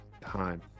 time